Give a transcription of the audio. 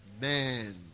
man